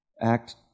Act